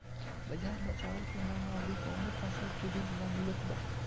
बजार में चावल के अलावा अउर कौनो फसल के बीज ना मिलत बा